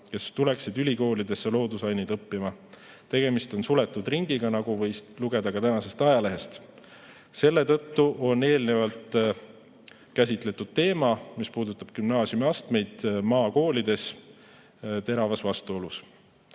kes tuleksid ülikoolidesse loodusaineid õppima. Tegemist on suletud ringiga, nagu võis lugeda ka tänasest ajalehest. Selle tõttu on eelnevalt käsitletud teema, mis puudutab gümnaasiumiastmeid maakoolides, teravas vastuolus.